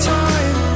time